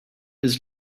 his